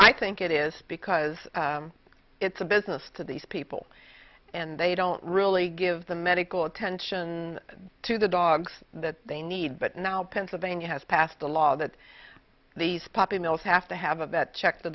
i think it is because it's a business to these people and they don't really give the medical attention to the dogs that they need but now pennsylvania has passed a law that these puppy mills have to have a vet check the